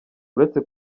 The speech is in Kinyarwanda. uretse